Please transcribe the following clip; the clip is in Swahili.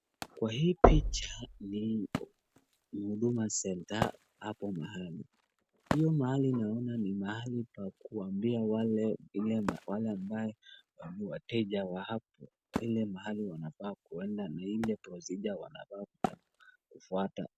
Kwa hii picha ni Huduma Center hapo mahali. Hiyo mahali naona ni mahali pa kuambia wale ambao ni wateja wa hapo, ile mahali wanafaa kuenda na ile procedure wanafaa kufuata.